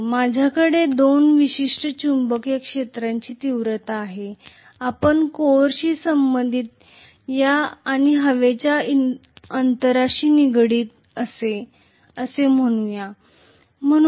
माझ्याकडे दोन विशिष्ट चुंबकीय क्षेत्राची तीव्रता आहे आपण कोरशी संबंधित आणि हवेच्या अंतराशी निगडीत असे म्हणू या